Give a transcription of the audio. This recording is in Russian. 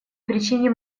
причине